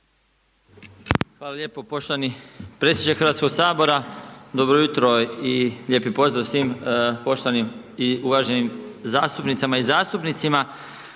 Hvala lijepo poštovani predsjedniče Hrvatskog sabora. Dobro jutro i lijepi pozdrav svim poštovanim i uvaženim zastupnicama i zastupnicima.